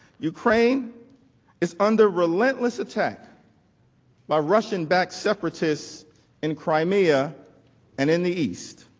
ukraine is under relentless attack by russian back separatists in crimea and in the east.